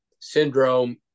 syndrome